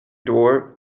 door